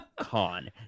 con